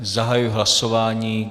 Zahajuji hlasování.